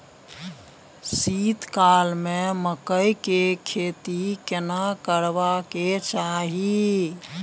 शीत काल में मकई के खेती केना करबा के चाही?